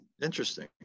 interesting